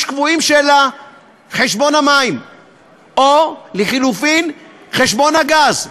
קבועים של חשבון המים או לחלופין חשבון הגז,